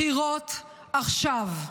בחירות עכשיו.